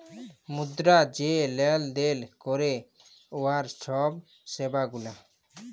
মুদ্রা যে লেলদেল ক্যরে উয়ার ছব সেবা গুলা